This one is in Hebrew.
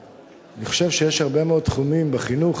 אני חושב שיש הרבה מאוד תחומים בחינוך